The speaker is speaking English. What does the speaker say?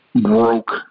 broke